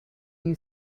you